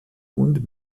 und